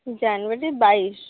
জানুয়ারির বাইশ